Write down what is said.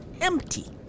empty